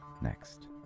next